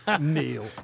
Neil